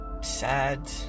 sad